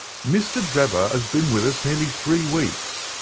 mr. drebber has been with us nearly three weeks.